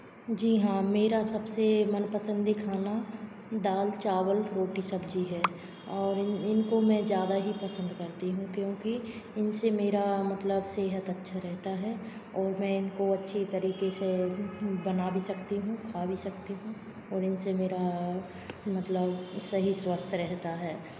जी हाँ मेरा सबसे मन पसंदी खाना दाल चावल रोटी सब्जी है और इनको मैं ज़्यादा ही पसंद करती हूं क्योंकि इनसे मेरा मतलब सेहत अच्छा रहता है और मैं इनको अच्छी तरीके से बना भी सकती हूं खा भी सकती हूं और इनसे मेरा मतलब सही स्वास्थ्य रहता है